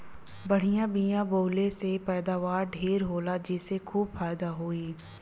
बढ़िया बिया बोवले से पैदावार ढेर होला जेसे खूब फायदा होई